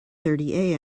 thirty